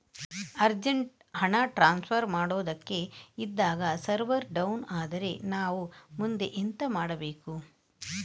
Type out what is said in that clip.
Urgent ಹಣ transfer ಮಾಡೋದಕ್ಕೆ ಇದ್ದಾಗ ಸರ್ವರ್ ಡೌನ್ ಆದರೆ ನಾವು ಮುಂದೆ ಎಂತ ಮಾಡಬೇಕು?